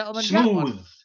smooth